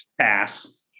Pass